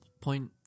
point